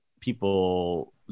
people